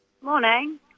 Morning